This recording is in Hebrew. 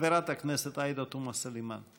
חברת הכנסת עאידה תומא סלימאן.